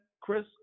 Chris